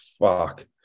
fuck